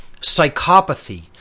psychopathy